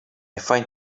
find